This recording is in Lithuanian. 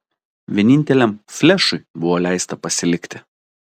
vieninteliam flešui buvo leista pasilikti